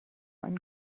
einen